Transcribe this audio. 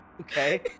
Okay